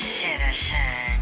citizen